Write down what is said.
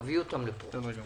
נביא אותם לפה.